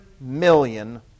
million